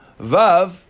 Vav